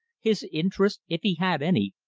his interests, if he had any,